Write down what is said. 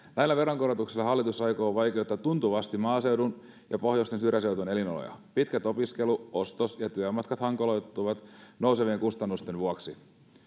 näillä veronkorotuksilla hallitus aikoo vaikeuttaa tuntuvasti maaseudun ja pohjoisten syrjäseutujen elinoloja pitkät opiskelu ostos ja työmatkat hankaloituvat nousevien kustannusten vuoksi